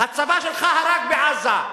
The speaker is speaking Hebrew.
הצבא שלך הרג בעזה.